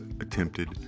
attempted